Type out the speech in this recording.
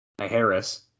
Harris